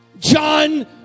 John